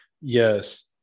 Yes